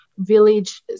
village